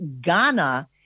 Ghana